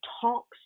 talks